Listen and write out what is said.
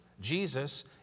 Jesus